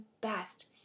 best